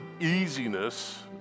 easiness